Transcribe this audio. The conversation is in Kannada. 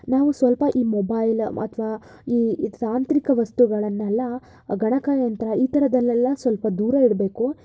ನಾವು ಸ್ವಲ್ಪ ಈ ಮೊಬೈಲ್ ಅಥವಾ ಈ ತಾಂತ್ರಿಕ ವಸ್ತುಗಳನ್ನೆಲ್ಲ ಗಣಕಯಂತ್ರ ಈ ಥರದ್ದಲ್ಲೆಲ್ಲ ಸ್ವಲ್ಪ ದೂರ ಇಡಬೇಕು